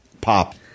pop